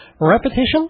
repetition